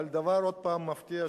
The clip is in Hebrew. אבל דבר מפתיע,